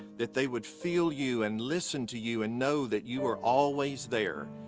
that they would feel you and listen to you and know that you are always there.